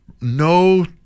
no